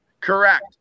Correct